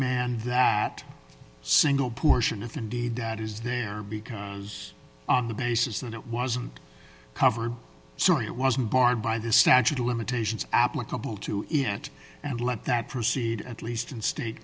man that single portion of indeed that is there because on the basis that it wasn't covered so it wasn't barred by the statute of limitations applicable to it and let that proceed at least in state